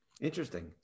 Interesting